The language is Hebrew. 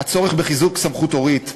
הצורך בחיזוק סמכות הורית.